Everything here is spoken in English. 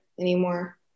anymore